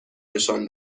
نشان